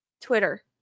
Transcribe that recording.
Twitter